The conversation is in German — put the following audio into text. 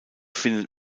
findet